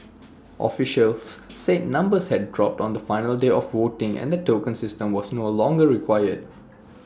officials said numbers had dropped on the final day of voting and the token system was no longer required